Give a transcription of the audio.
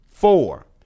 Four